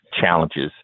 challenges